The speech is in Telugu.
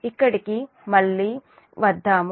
ఇక్కడికి మళ్లీ వద్దాము